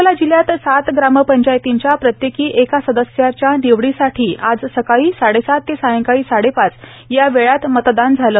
अकोला जिल्ह्यात सात ग्रामपंचायतीचे प्रत्येकी एक सदस्याचा निवडीसाठी आज सकाळी साडेसात ते सायंकाळी साडेपाच या वेळेत मतदान झाले